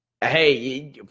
Hey